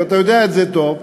ואתה יודע את זה טוב,